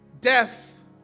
death